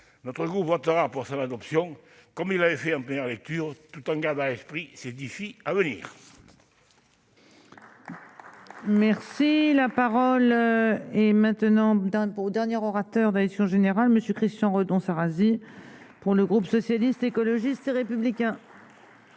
Notre groupe votera pour son adoption, comme il l'avait fait en première lecture, tout en gardant à l'esprit les défis à venir.